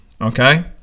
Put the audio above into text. okay